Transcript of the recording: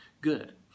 good